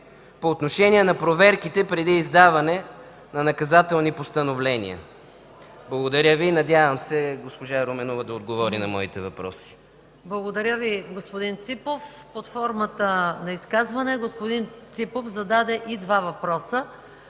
по отношение на проверките преди издаване на наказателни постановления? Благодаря Ви. Надявам се госпожа Руменова да отговори на моите въпроси. ПРЕДСЕДАТЕЛ МАЯ МАНОЛОВА: Благодаря Ви, господин Ципов. Под формата на изказване господин Ципов зададе и два въпроса.